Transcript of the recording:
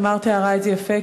תמר תיארה את זה יפה,